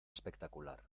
espectacular